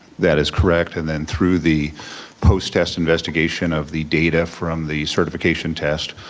that is correct, and then through the post-test investigation of the data from the certification test,